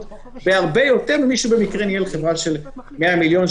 הרבה יותר ממי שבמקרה ניהל חברה של 100 מיליון,